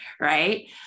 right